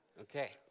okay